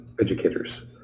educators